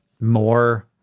more –